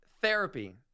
therapy